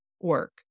work